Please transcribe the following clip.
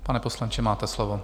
Pane poslanče, máte slovo.